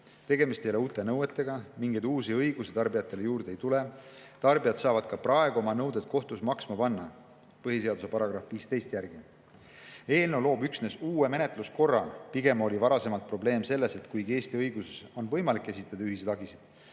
Tegemist ei ole uute nõuetega, uusi õigusi tarbijatele juurde ei tule. Tarbijad saavad ka praegu oma nõuded kohtus maksma panna põhiseaduse § 15 järgi. Eelnõu loob üksnes uue menetluskorra. Varem oli probleem pigem selles, et kuigi Eesti õiguses on võimalik esitada ühiseid hagisid,